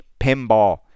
pinball